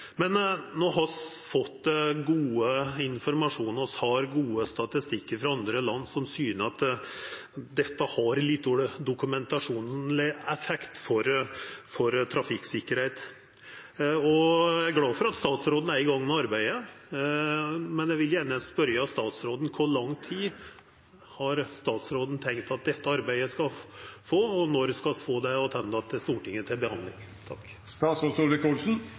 har fått god informasjon. Vi har gode statistikkar frå andre land som syner at dette har litt dårleg dokumentert effekt på trafikksikkerheita. Eg er glad for at statsråden er i gang med arbeidet, men eg vil gjerne spørja han: Kor lang tid har han tenkt at dette arbeidet skal ta? Og når skal vi få det attende til Stortinget til behandling?